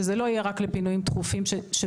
שזה לא יהיה רק לפינויים דחופים שבאמת